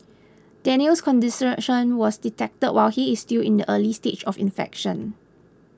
Daniel's was detected while he is still in the early stage of infection